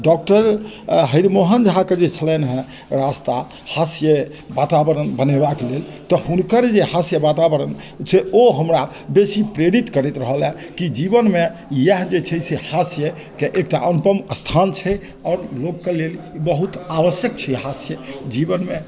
doctor Harimohan झाके जे छेलनि हेँ हास्य वातावरण बनेबाक लेल तऽ हुनकर जे हास्य वातावरण जे ओ हमरा बेसी प्रेरित करैत रहल हैं कि जीवनमे इएह जे छै से हास्यके एकटा अनुपन स्थान छै आओर लोकके लेल ई बहुत आवश्यक छै हास्य जीवनमे